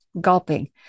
gulping